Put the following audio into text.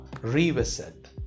revisit